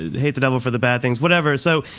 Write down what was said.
hate the devil for the bad things, whatever. so,